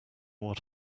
what